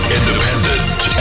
Independent